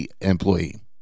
employee